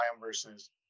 versus